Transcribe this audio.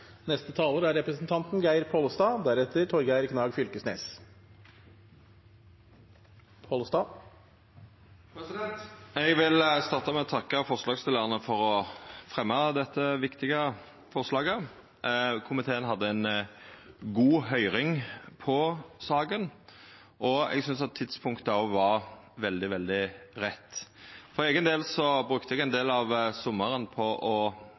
Eg vil starta med å takka forslagsstillarane for å fremja dette viktige forslaget. Komiteen hadde ei god høyring i saka. Eg synest at tidspunktet òg var veldig rett. For eigen del brukte eg ein del av sommaren på å